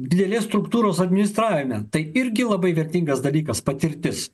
didelės struktūros administravime tai irgi labai vertingas dalykas patirtis